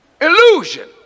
Illusion